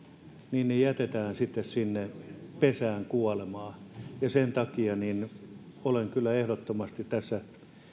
niin ne jätettäisiin sitten pesään kuolemaan sen takia olen kyllä tässä ehdottomasti